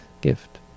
gift